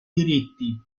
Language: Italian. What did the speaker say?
diritti